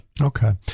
okay